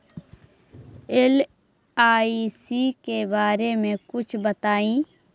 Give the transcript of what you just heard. LIC के बारे मे कुछ बताई?